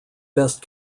best